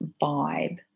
vibe